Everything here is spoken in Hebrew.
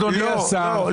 אדוני השר,